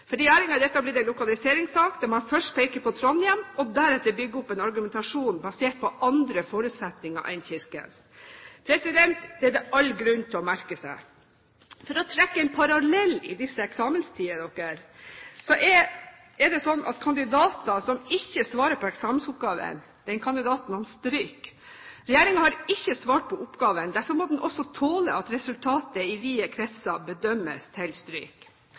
For regjeringen er dette blitt en lokaliseringssak der man først peker på Trondheim, og deretter bygger opp en argumentasjon basert på andre forutsetninger enn Kirkens. Det er det all grunn til å merke seg. For å trekke en parallell i disse eksamenstider er det slik at kandidater som ikke svarer på eksamensoppgaven, stryker. Regjeringen har ikke svart på oppgaven. Derfor må den også tåle at resultatet i vide kretser bedømmes til stryk.